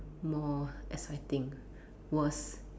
more exciting worse